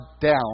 down